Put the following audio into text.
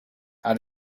how